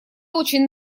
очень